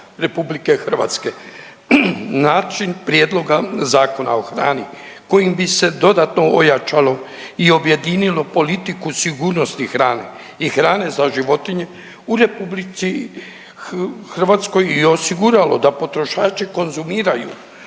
RH. Način prijedloga Zakona o hrani kojim bi se dodatno ojačalo i objedinilo politiku sigurnosti hrane i hrane za životinje u RH i osiguralo da potrošači konzumiraju